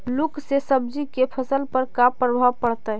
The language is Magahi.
लुक से सब्जी के फसल पर का परभाव पड़तै?